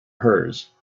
hers